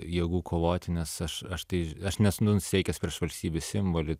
jėgų kovoti nes aš aš tai aš nesu nusiteikęs prieš valstybės simbolį